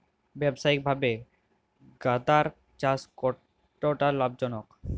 ব্যবসায়িকভাবে গাঁদার চাষ কতটা লাভজনক?